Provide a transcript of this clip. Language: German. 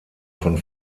von